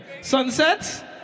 Sunset